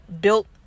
built